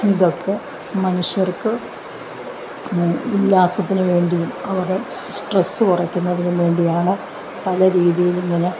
ഇതൊക്കെ മനുഷ്യർക്ക് ഉല്ലാസത്തിന് വേണ്ടിയും അവടെ സ്ട്രെസ്സ് കുറയ്ക്കുന്നതിന് വേണ്ടിയാണ് പല രീതിയിൽ ഇങ്ങനെ